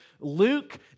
Luke